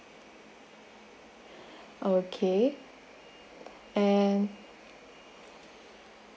okay and